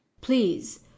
Please